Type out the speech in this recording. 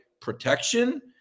protection